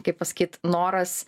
kaip pasakyt noras